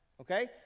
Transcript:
Okay